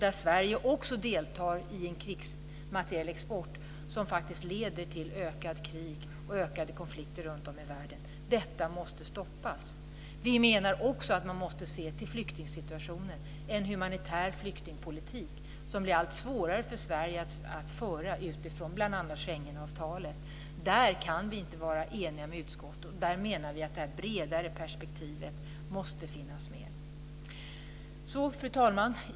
Där deltar ju också Sverige i en krigsmaterielexport som faktiskt leder till fler krig och ökade konflikter runtom i världen. Detta måste stoppas. Vi menar också att man måste se till flyktingsituationen och den humanitära flyktingpolitik som blir allt svårare för Sverige att föra utifrån bl.a. Schengenavtalet. Där kan vi inte vara eniga med utskottet, och där menar vi att det bredare perspektivet måste finnas med. Fru talman!